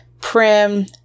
Prim